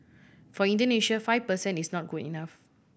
for Indonesia five per cent is not good enough